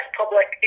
public